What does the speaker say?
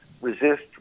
resist